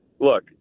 look